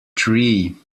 three